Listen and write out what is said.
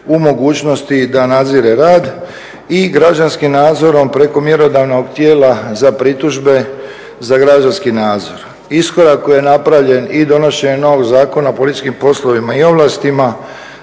u mogućnosti da nadzire rad i građanskim nadzorom preko mjerodavnog tijela za pritužbe za građanski nadzor. Iskorak koji je napravljen i donošenjem novog Zakona o policijskim poslovima i ovlastima